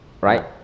right